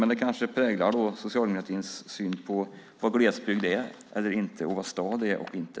Men det kanske präglar socialdemokratins syn på vad glesbygd är eller inte och vad stad är och inte.